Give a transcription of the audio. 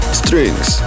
strings